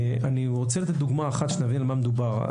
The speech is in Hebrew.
אני רוצה לתת דוגמה אחת כדי שנבין על מה מדובר.